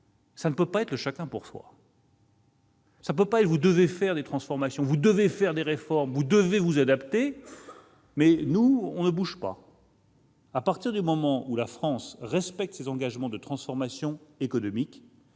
cela ne peut pas être le chacun pour soi, le « vous devez faire des transformations, vous devez faire des réformes, vous devez vous adapter, mais nous, nous ne bougeons pas ». À partir du moment où la France respecte ses engagements de transformation économique,